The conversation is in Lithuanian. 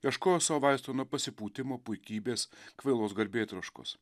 ieškojo sau vaisto nuo pasipūtimo puikybės kvailos garbėtroškos